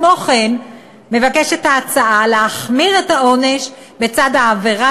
כמו כן מבקשת ההצעה להחמיר את העונש בצד העבירה